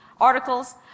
articles